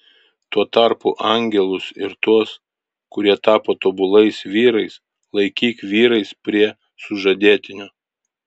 tuo tarpu angelus ir tuos kurie tapo tobulais vyrais laikyk vyrais prie sužadėtinio